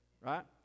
right